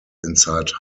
inside